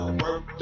work